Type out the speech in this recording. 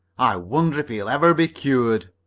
i wonder if he'll ever be cured?